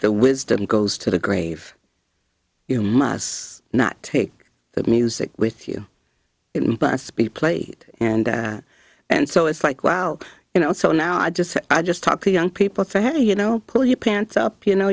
the wisdom goes to the grave you must not take that music with you it must be played and and so it's like well you know so now i just i just talk to young people fair you know pull your pants up you know